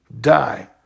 die